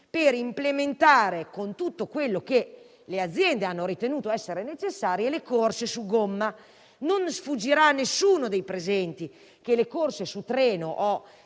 per implementare, con tutto quello che le aziende hanno ritenuto essere necessario, le corse su gomma. Non sfuggirà a nessuno dei presenti che le corse su treno o